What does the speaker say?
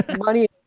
money